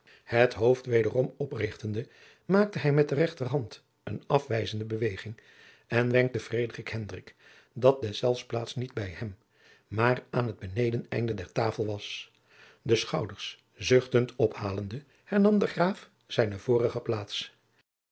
het hoofd wederom oprichtende maakte hij met de rechterhand eene afwijzende beweging en wenkte frederik hendrik dat deszelfs plaats niet bij hem maar aan het benedeneinde der tafel was de schouders zuchtend ophalende hernam de graaf zijne vorige plaats